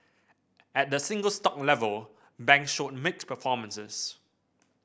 at the single stock level banks showed mixed performances